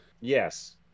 yes